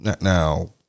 Now